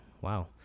Wow